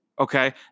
Okay